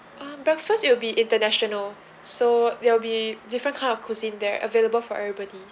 um breakfast it'll be international so they'll be different kind of cuisine there available for everybody